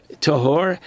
tahor